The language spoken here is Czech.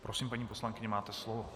Prosím, paní poslankyně, máte slovo.